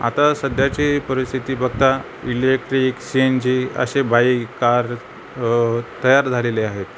आता सध्याची परिस्थिती बघता इलेक्ट्रिक सी एन जी असे बाईक कार तयार झालेले आहेत